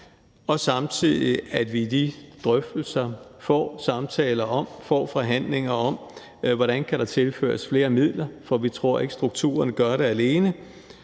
vi samtidig i de drøftelser får samtaler om, får forhandlinger om, hvordan der kan tilføres flere midler, for vi tror ikke, at strukturen gør det alene.